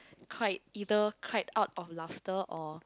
cried either cried out of laughter or